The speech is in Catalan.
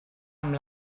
amb